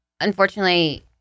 unfortunately